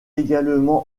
également